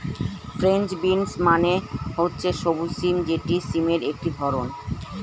French beans মানে হচ্ছে সবুজ সিম যেটি সিমের একটি ধরণ